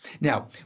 Now